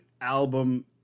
album